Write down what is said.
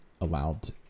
allowed